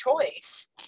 choice